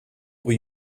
were